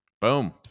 Boom